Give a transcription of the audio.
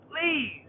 Please